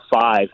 five